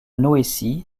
noétie